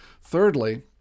Thirdly